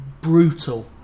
brutal